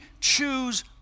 choose